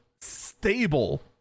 stable